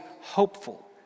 hopeful